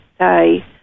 say